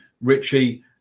Richie